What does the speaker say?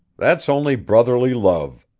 that's only brotherly love.